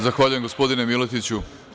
Zahvaljuje, gospodine Miletiću.